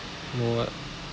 know what